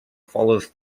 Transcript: follows